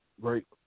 Right